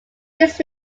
his